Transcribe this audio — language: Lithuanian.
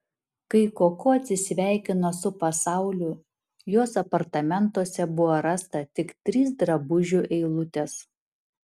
kai koko atsisveikino su pasauliu jos apartamentuose buvo rasta tik trys drabužių eilutės